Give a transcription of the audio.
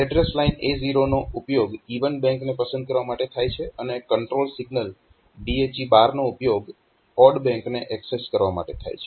address line A0 નો ઉપયોગ even બેંકને પસંદ કરવા માટે થાય છે અને કંટ્રોલ સિગ્નલ BHE નો ઉપયોગ ઓડ બેંકને એક્સેસ કરવા માટે થાય છે